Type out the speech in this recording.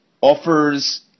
offers